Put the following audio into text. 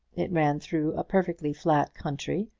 it ran through a perfectly flat country,